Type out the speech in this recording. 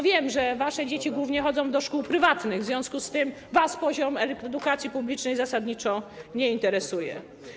Wiem, że wasze dzieci chodzą głównie do szkół prywatnych, w związku z tym was poziom edukacji publicznej zasadniczo nie interesuje.